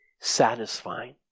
satisfying